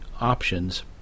options